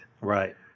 Right